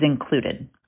included